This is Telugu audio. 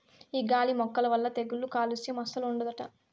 ఈ గాలి మొక్కల వల్ల తెగుళ్ళు కాలుస్యం అస్సలు ఉండదట